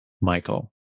Michael